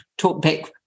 talkback